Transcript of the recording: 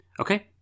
Okay